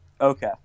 Okay